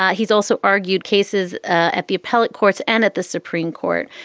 ah he's also argued cases ah at the appellate courts and at the supreme court.